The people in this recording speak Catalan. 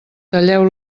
talleu